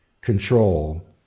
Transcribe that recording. control